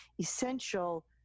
essential